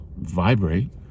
vibrate